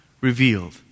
revealed